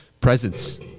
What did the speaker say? presence